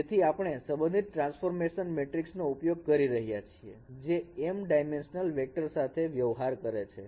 તેથી આપણે સંબંધિત ટ્રાન્સફોર્મેશન મેટ્રિક્સ નો ઉપયોગ કરી રહ્યા છીએ જે m ડાયમેન્શનલ વેક્ટર સાથે વ્યવહાર કરે છે